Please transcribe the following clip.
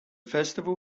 festival